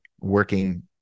working